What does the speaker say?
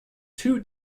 two